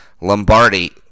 Lombardi